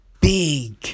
big